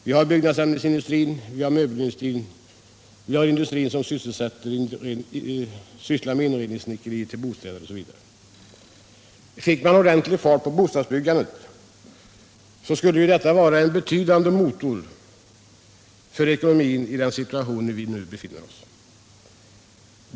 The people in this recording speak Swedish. Vi har byggnadsämnesindustrin, vi har möbelindustrin, vi har industrin som sysslar med inredningssnickerier till bostäder osv. Fick man ordentlig fart på bostadsbyggandet så skulle detta vara en betydande motor för ekonomin i den situation som vi nu befinner oss i.